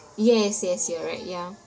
yes yes you are right ya